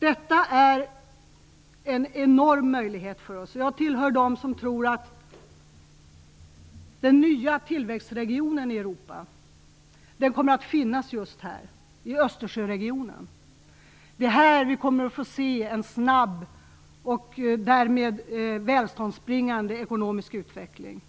Detta är en enorm möjlighet för oss. Jag tillhör dem som tror att den nya tillväxtregionen i Europa kommer att finnas just här, i Östersjöregionen. Det är här vi kommer att få se en snabb och därmed välståndsbringande ekonomisk utveckling.